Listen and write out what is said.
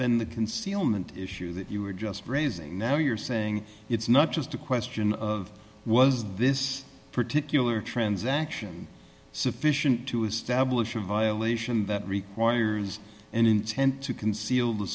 than the concealment issue that you were just raising now you're saying it's not just a question of was this particular transaction sufficient to establish a violation that requires an intent to